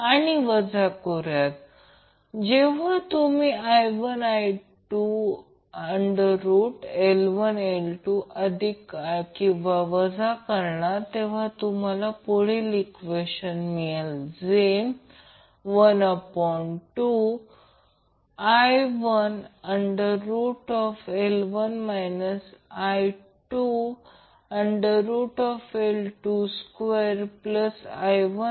तर पुन्हा समीकरण 1 पासून C साठी सोडविले आणि जर 2 √ टर्म पॉझिटिव्ह असेल तर 2L 1ZL 2 ZL4 4 RC 2 XL 2 हे नवीन समीकरण मिळेल तर त्याची दोन मूल्ये मिळतील ज्यासाठी सर्किट रेसोनेट होईल